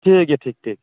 ᱴᱷᱤᱠᱜᱮᱭᱟ ᱴᱷᱤᱠ ᱴᱷᱤᱠ